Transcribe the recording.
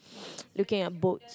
looking at boat